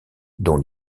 dont